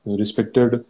respected